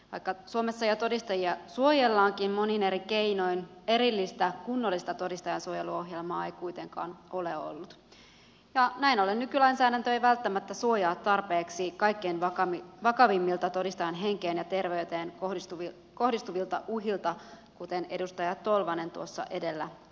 vaikka suomessa jo todistajia suojellaankin monin eri keinoin erillistä kunnollista todistajansuojeluohjelmaa ei kuitenkaan ole ollut ja näin ollen nykylainsäädäntö ei välttämättä suojaa tarpeeksi kaikkein vakavimmilta todistajan henkeen ja terveyteen kohdistuvilta uhilta kuten edustaja tolvanen tuossa edellä kuvasi